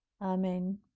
Amen